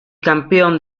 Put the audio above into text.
campeón